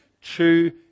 Two